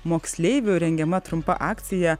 moksleivių rengiama trumpa akcija